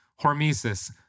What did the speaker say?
hormesis